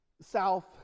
South